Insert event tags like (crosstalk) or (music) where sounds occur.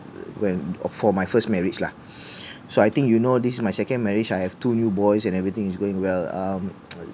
when for my first marriage lah (breath) so I think you know this is my second marriage I have two new boys and everything is going well um (noise)